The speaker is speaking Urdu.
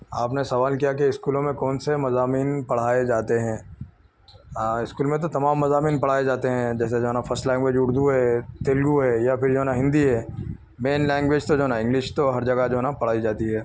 آپ نے سوال کیا کہ اسکولوں میں کون سے مضامین پڑھائے جاتے ہیں اسکول میں تو تمام مضامین پڑھائے جاتے ہیں جیسے فسٹ لینگویج اردو ہے تیلگو ہے یا پھر جو نہ ہندی ہے مین لینگویج تو جو نہ انگلش تو ہر جگہ جو نہ پڑھائی جاتی ہے